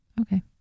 Okay